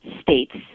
states